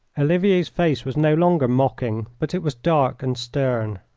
olivier's face was no longer mocking, but it was dark and stern.